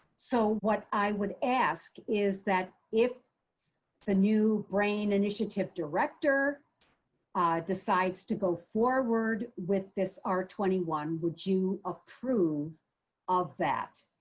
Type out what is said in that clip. so what i would ask is that if the new brain initiative director decides to go forward with this r twenty one, would you approve of that?